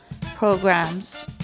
programs